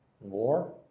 War